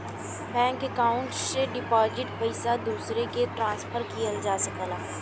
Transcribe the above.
bank account से deposit पइसा दूसरे के ट्रांसफर किहल जा सकला